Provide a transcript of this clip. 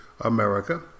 America